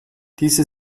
diese